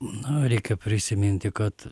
na reikia prisiminti kad